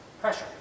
pressure